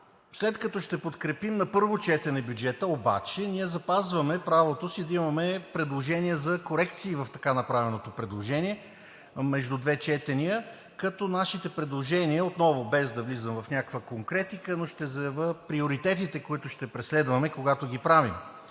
след като ще подкрепим на първо четене обаче, ние запазваме правото си да имаме предложения за корекции в така направеното предложение между двете четения, като нашите предложения, отново без да влизам в някаква конкретика, но ще заявя приоритетите, които ще преследваме, когато ги правим.